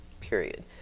period